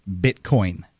Bitcoin